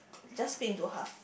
just split into half